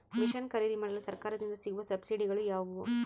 Mission ಖರೇದಿಮಾಡಲು ಸರಕಾರದಿಂದ ಸಿಗುವ ಸಬ್ಸಿಡಿಗಳು ಯಾವುವು?